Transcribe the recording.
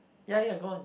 ya ya go on